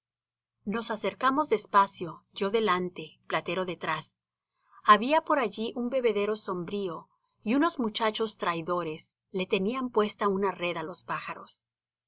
nos acercamos despacio yo delante platero detrás había por allí un bebedero sombrío y unos muchachos traidores le tenían puesta una red á los pájaros